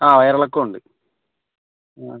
അ വയറിളക്കവുണ്ട്